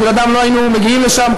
בלעדיהם לא היינו מגיעים לשם,